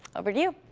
over to you.